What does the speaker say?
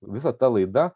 visa ta laida